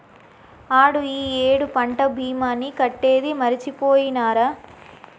ఆడు ఈ ఏడు పంట భీమాని కట్టేది మరిచిపోయినారా